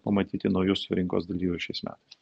pamatyti naujus rinkos dalyvius šiais metais